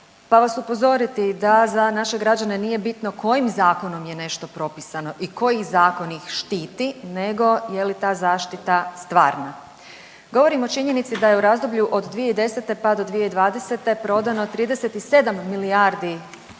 pa vas upozoriti da za naše građane nije bitno kojim zakonom je nešto propisano i koji zakon ih štiti nego je li ta zaštita stvarna. Govorim o činjenici da je u razdoblju od 2010. pa do 2020. prodano 37 milijardi